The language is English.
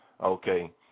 Okay